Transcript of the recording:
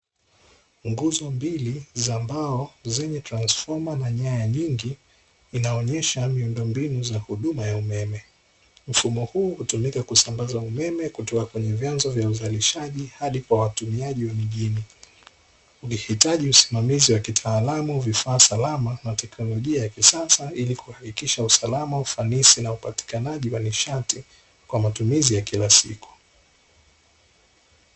Nguzo mbili za mbao zenye transfoma na nyaya nyingi inaonyesha miundombinu ya huduma ya umeme, mfumo huu hutumika kusambaza umeme kutoka kwenye vyanzo vya uzalishaji hadi kwa watumiaji wengine, ikihiaji usimamizi wa kitaalamu, vifaa salama na teknolojia ya kisasa ili kuhakikisha usalama, ufanisi na upatikanaji wa nishati kwa matumizi ya kila siku.